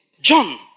John